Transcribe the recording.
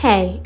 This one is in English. Hey